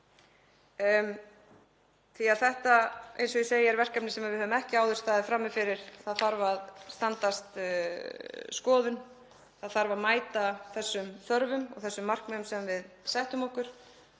því að þetta, eins og ég segi, er verkefni sem við höfum ekki áður staðið frammi fyrir. Það þarf að standast skoðun. Það þarf að mæta þessum þörfum og þessum markmiðum sem við settum okkur.